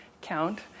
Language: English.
count